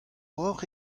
ocʼh